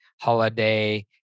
holiday